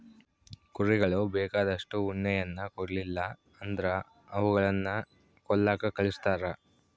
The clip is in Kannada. ಕುರಿಗಳು ಬೇಕಾದಷ್ಟು ಉಣ್ಣೆಯನ್ನ ಕೊಡ್ಲಿಲ್ಲ ಅಂದ್ರ ಅವುಗಳನ್ನ ಕೊಲ್ಲಕ ಕಳಿಸ್ತಾರ